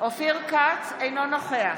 אינו נוכח